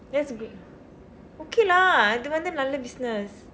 that's great okay lah அது வந்து நல்ல:athu vandthu nalla business